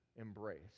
embrace